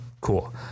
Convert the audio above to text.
cool